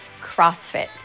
CrossFit